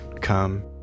come